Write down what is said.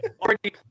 already